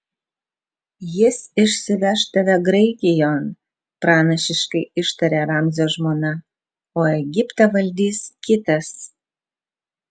jis išsiveš tave graikijon pranašiškai ištarė ramzio žmona o egiptą valdys kitas